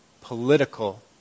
Political